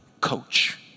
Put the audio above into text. coach